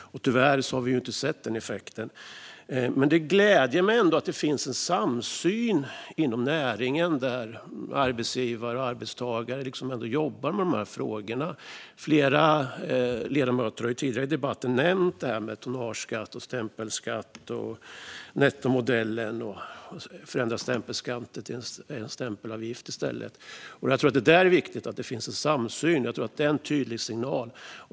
Tyvärr har vi inte sett den effekten. Men det gläder mig att det finns en samsyn inom näringen. Arbetsgivare och arbetstagare jobbar med dessa frågor. Flera ledamöter har tidigare i debatten nämnt tonnageskatt, stämpelskatt och nettomodellen. Det har talats om att förändra stämpelskatten och i stället göra den till en stämpelavgift. Jag tror att det är viktigt att det finns en samsyn. Jag tror att det är en tydlig signal.